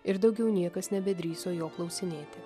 ir daugiau niekas nebedrįso jo klausinėti